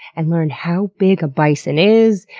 and learn how big a bison is,